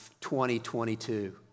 2022